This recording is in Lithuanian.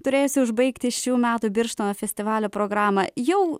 turėjusi užbaigti šių metų birštono festivalio programą jau